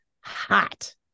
hot